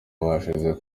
bahize